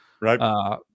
right